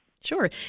Sure